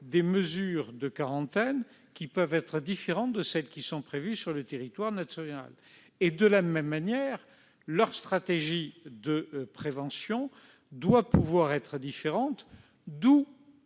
des mesures de quarantaine qui peuvent être différentes de celles qui sont prévues sur le territoire national. De même, leur stratégie de prévention doit pouvoir être différente. À